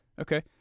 Okay